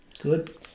good